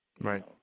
Right